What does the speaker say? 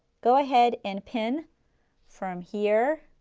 go ahead and pin from here